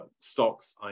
stocks